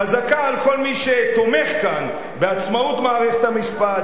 חזקה על כל מי שתומך כאן בעצמאות מערכת המשפט,